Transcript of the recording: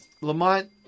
Lamont